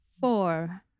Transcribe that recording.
Four